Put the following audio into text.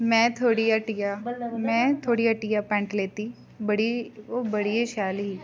में थुआढ़ी हट्टिया में थुआढ़ी हट्टिया पैंट लेती बड़ी ओह् बड़ी गै शैल ही